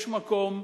יש מקום,